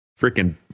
freaking